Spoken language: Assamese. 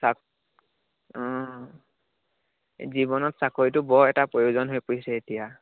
অঁ জীৱনত চাকৰিটো বৰ এটা প্ৰয়োজন হৈ পৰিছে এতিয়া